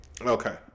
okay